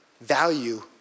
value